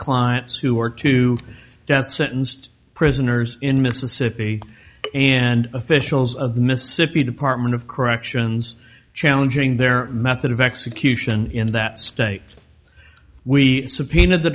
clients who are to death sentenced prisoners in mississippi and officials of the mississippi department of corrections challenging their method of execution in that state we subpoenaed the